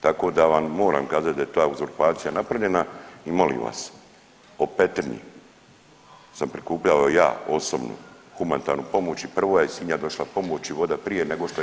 Tako da vam moram kazat da je ta uzurpacija napravljena i molim vas o Petrinji sam prikupljao ja osobno humanitarnu pomoć i prvo je iz Sinja došla pomoć i voda prije nego što je